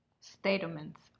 statements